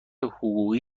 حقوقی